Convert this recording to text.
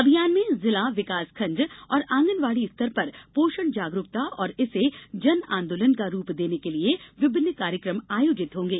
अभियान में जिला विकासखंड और आंगनवाड़ी स्तर पर पोषण जागरूकता और इसे जन आंदोलन का रूप देने के लिए विभिन्न कार्यक्रम होंगे